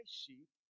sheep